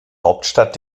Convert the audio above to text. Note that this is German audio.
hauptstadt